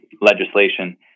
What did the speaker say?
legislation